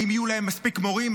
האם יהיו להם מספיק מורים?